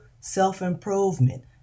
self-improvement